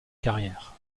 carrière